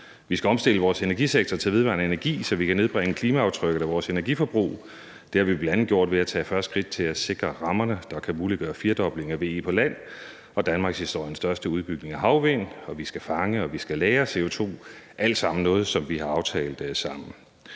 Vi skal omstille vores energisektor til vedvarende energi, så vi kan nedbringe klimaaftrykket af vores energiforbrug. Det har vi bl.a. gjort ved at tage de første skridt til at sikre rammerne, der kan muliggøre en firdobling af VE på land og danmarkshistoriens største udbygning af havvindsenergianlæg, og vi skal fange og lagre CO2. Det er alt sammen noget, som vi har aftalt sammen.